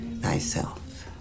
thyself